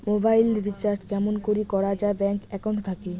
Mobile recharge কেমন করি করা যায় ব্যাংক একাউন্ট থাকি?